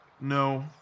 No